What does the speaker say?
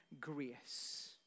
grace